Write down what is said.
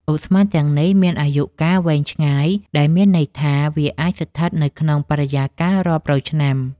ឧស្ម័នទាំងនេះមានអាយុកាលវែងឆ្ងាយ ដែលមានន័យថាវាអាចស្ថិតនៅក្នុងបរិយាកាសរាប់រយឆ្នាំ។